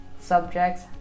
subjects